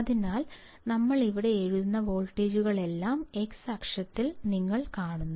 അതിനാൽ ഞങ്ങൾ ഇവിടെ എഴുതുന്ന വോൾട്ടേജുകളെല്ലാം x അക്ഷത്തിൽ നിങ്ങൾ കാണുന്നു